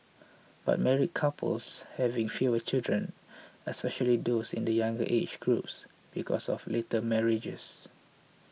but married couples are having fewer children especially those in the younger age groups because of later marriages